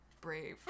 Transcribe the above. brave